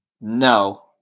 No